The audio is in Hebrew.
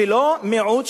ולא מיעוט,